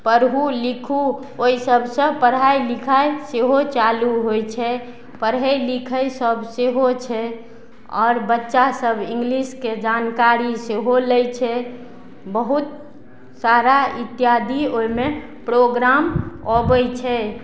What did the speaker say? पढ़ू लिखू ओइ सबसँ पढ़ाइ लिखाइ सेहो चालू होइ छै पढ़य लिखय सब सेहो छै आओर बच्चा सब इंग्लिशके जानकारी सेहो लै छै बहुत सारा इत्यादि ओइमे प्रोग्राम अबय छै